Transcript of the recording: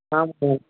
ஆமாண்ணா